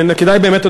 וכדאי באמת,